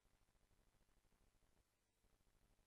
עם